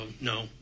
no